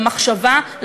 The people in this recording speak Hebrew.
למחשבה,